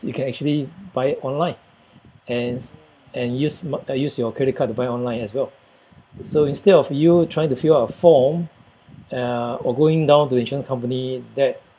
you can actually buy it online and s~ and use uh use your credit card to buy online as well so instead of you trying to fill out a form uh or going down to the insurance company that